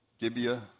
Gibeah